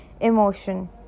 emotion